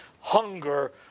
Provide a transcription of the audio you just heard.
hunger